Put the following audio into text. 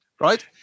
right